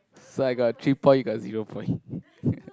so I got three point you got zero point